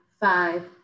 five